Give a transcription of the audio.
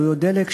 עלויות דלק,